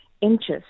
interest